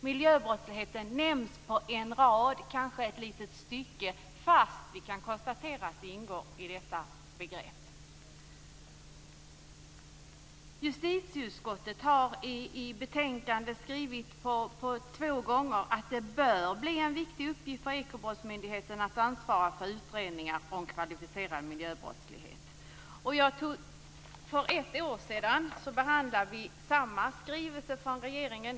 Miljöbrottsligheten nämns på en rad, kanske ett litet stycke, fastän vi kan konstatera att den ingår i detta begrepp. Justitieutskottet har i betänkandet två gånger skrivit att det bör bli en viktig uppgift för Ekobrottsmyndigheten att ansvara för utredningar om kvalificerad miljöbrottslighet. För ett år sedan behandlade vi samma skrivelse från regeringen.